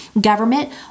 government